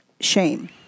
shame